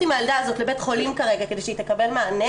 עם הילדה הזו לבית חולים כרגע כדי שהיא תקבל מענה,